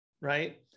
right